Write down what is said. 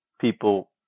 people